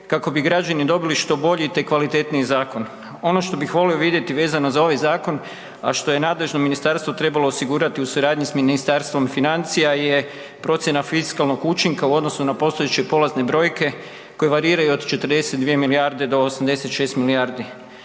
kako bi građani dobili što bolji i te kvalitetniji zakon. Ono što bih volio vidjeti vezano za ovaj zakon, a što je nadležno ministarstvo trebalo osigurati u suradnji s Ministarstvom financija je procjena fiskalnog učinka u odnosu na postojeće prolazne brojke koje variraju od 42 milijarde do 86 milijardi.